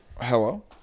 Hello